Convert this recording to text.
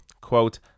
quote